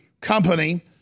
company